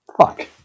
Fuck